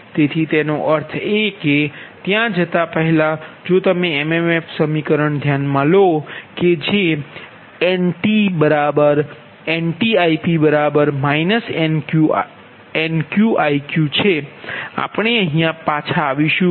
તેથી તેનો અર્થ છે કે ત્યા જતા પહેલાં જો તમે mmf સમીકરણ ધ્યાનમા લો કે જે NtIp NqIqછે આપણે અહીયા પછી આવીશું